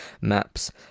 maps